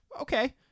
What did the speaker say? okay